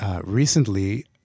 recently